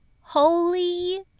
holy